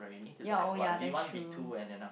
ya oh ya that's true